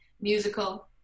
musical